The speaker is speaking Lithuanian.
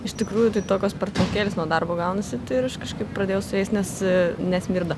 iš tikrųjų tai tokios pertraukėlės nuo darbo gaunasi tai ir aš kažkaip pradėjau su jais nes nesmirda